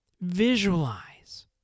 Visualize